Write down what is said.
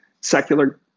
secular